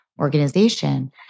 organization